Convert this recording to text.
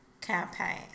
campaign